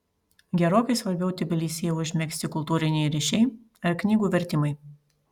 gerokai svarbiau tbilisyje užmegzti kultūriniai ryšiai ar knygų vertimai